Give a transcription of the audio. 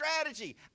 strategy